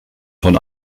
von